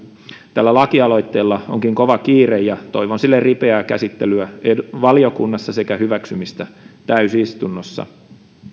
tällä lakialoitteella onkin kova kiire ja toivon kaikkien muiden perussuomalaisten tavoin sille ripeää käsittelyä valiokunnassa sekä hyväksymistä täysistunnossa